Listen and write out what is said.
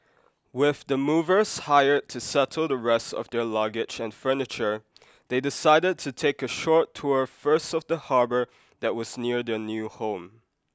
with the movers hired to settle the rest of their luggage and furniture they decided to take a short tour first of the harbour that was near their new home